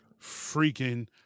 freaking